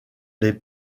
les